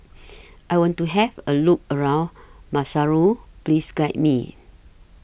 I want to Have A Look around Maseru Please Guide Me